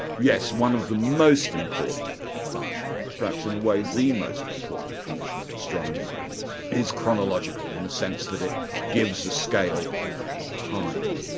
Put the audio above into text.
yes, one of the most important functions, perhaps in a way the most important function of astronomy is chronological, in the sense that it gives a scale of time.